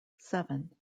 seven